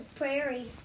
Prairie